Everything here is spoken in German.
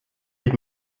sich